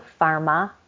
Pharma